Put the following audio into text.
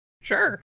Sure